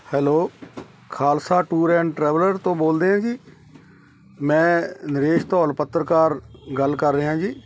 hello Khalsa tour and traveller ਤੋਂ ਬੋਲਦੇ ਆ ਜੀ ਮੈਂ ਨਰੇਸ਼ ਧੌਲ ਪੱਤਰਕਾਰ ਗੱਲ ਕਰ ਰਿਹਾ ਜੀ